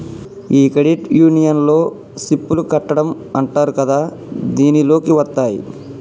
ఈ క్రెడిట్ యూనియన్లో సిప్ లు కట్టడం అంటారు కదా దీనిలోకి వత్తాయి